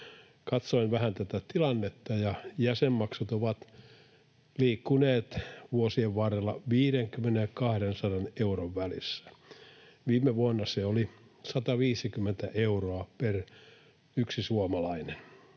Katsoin vähän tätä tilannetta, ja jäsenmaksut ovat liikkuneet vuosien varrella 50:n ja 200 euron välissä, viime vuonna se oli 150 euroa per yksi suomalainen.